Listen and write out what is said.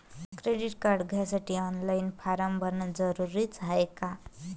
Credit card घ्यासाठी online form भरन जरुरीच हाय का?